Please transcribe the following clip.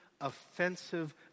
offensive